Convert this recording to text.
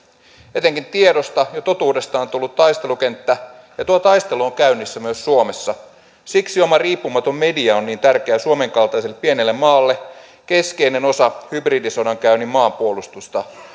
etenkin tiedosta ja totuudesta on tullut taistelukenttä ja tuo taistelu on käynnissä myös suomessa siksi oma riippumaton media on niin tärkeä suomen kaltaiselle pienelle maalle keskeinen osa hybridisodankäynnin maanpuolustusta